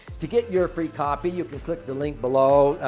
to get your free copy, you can click the link below.